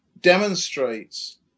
demonstrates